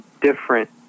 different